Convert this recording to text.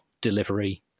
delivery